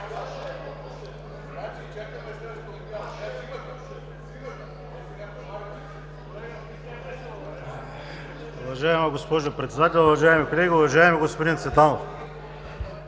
Уважаема госпожо Председател, уважаеми колеги! Уважаеми господин Цветанов,